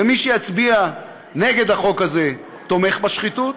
ומי שיצביע נגד החוק הזה תומך בשחיתות,